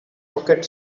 rocket